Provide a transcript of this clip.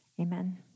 Amen